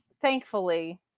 thankfully